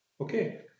Okay